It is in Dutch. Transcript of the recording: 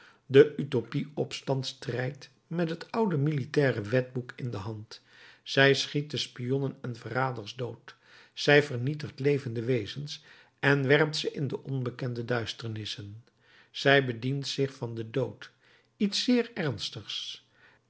de utopie opstand strijdt met het oude militaire wetboek in de hand zij schiet de spionnen en verraders dood zij vernietigt levende wezens en werpt ze in de onbekende duisternissen zij bedient zich van den dood iets zeer ernstigs